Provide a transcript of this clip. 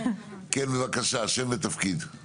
כן, בבקשה, שם ותפקיד.